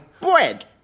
bread